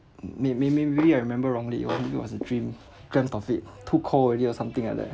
may~ may~ maybe maybe I remember wrongly it was it was a dream dreamt of it too cold already or something like that